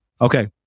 Okay